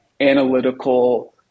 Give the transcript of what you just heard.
analytical